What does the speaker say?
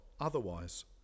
otherwise